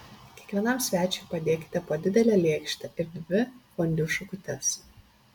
kiekvienam svečiui padėkite po didelę lėkštę ir dvi fondiu šakutes